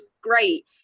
great